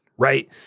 Right